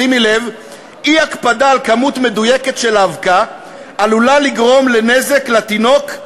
שימי לב: אי-הקפדה על כמות מדויקת של האבקה עלולה לגרום לנזק לתינוק,